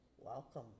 welcome